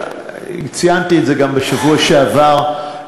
וציינתי את זה גם בשבוע שעבר,